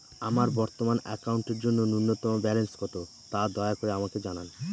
আমার বর্তমান অ্যাকাউন্টের জন্য ন্যূনতম ব্যালেন্স কত, তা দয়া করে আমাকে জানান